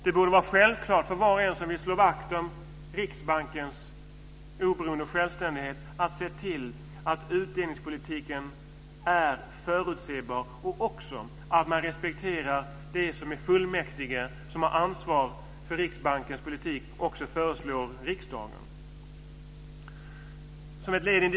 Det borde vara självklart för var och en som vill slå vakt om Riksbankens oberoende och självständighet att se till att utdelningspolitiken är förutsebar och för att det finns respekt för att fullmäktige har ansvar för Riksbankens politik och kan lägga fram förslag för riksdagen.